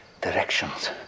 Directions